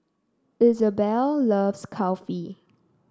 Izabelle loves Kulfi